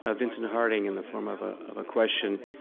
ah vincent harding in the form of ah of a question.